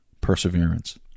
perseverance